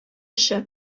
эше